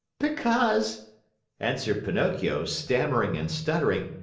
because answered pinocchio, stammering and stuttering,